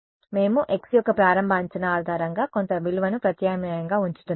మేము x యొక్క ప్రారంభ అంచనా ఆధారంగా కొంత విలువను ప్రత్యామ్నాయంగా ఉంచుతున్నాము